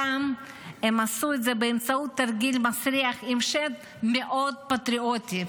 הפעם הם עשו את זה באמצעות תרגיל מסריח עם שם מאוד פטריוטי: